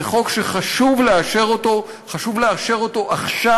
זה חוק שחשוב לאשר אותו, חשוב לאשר אותו עכשיו,